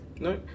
No